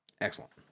Excellent